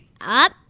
up